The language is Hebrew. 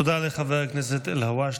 תודה לחבר הכנסת אלהואשלה.